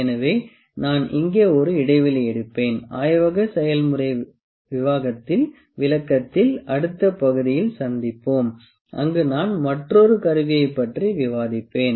எனவே நான் இங்கே ஒரு இடைவெளி எடுப்பேன் ஆய்வக செயல்முறை விளக்கத்தில் அடுத்த பகுதியில் சந்திப்போம் அங்கு நான் மற்றொரு கருவியைப் பற்றி விவாதிப்பேன்